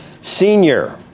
senior